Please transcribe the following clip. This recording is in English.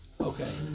Okay